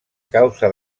causa